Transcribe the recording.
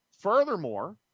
Furthermore